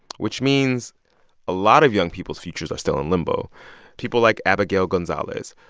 which means a lot of young people's futures are still in limbo people like abigail gonzalez,